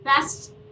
best